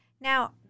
Now